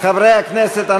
חברי הכנסת,